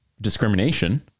discrimination